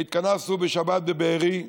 והתכנסנו בשבת בבארי,